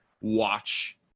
watch